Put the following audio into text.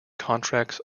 contracts